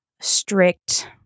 strict